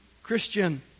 Christian